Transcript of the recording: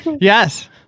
Yes